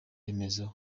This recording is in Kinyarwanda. remezo